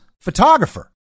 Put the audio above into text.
photographer